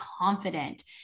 confident